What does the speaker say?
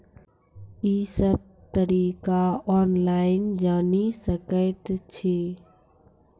ई सब तरीका ऑनलाइन जानि सकैत छी?